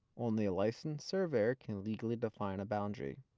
only a licensed surveyor can legally define a boundary.